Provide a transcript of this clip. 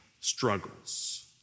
struggles